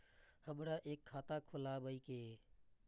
हमरा एक खाता खोलाबई के ये?